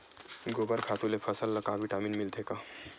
गोबर खातु ले फसल ल का विटामिन मिलथे का?